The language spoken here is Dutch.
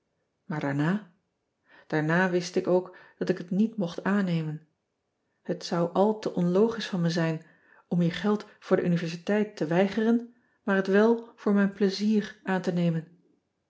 aar daarna daarna moist ik ook dat ik het niet mocht aannemen et zou al te onlogisch van me zijn om je geld voor de niversiteit ean ebster adertje angbeen te weigeren maar het wel voor mijn plezier aan te nemen